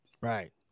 Right